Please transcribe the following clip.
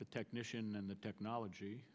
the technician and the technology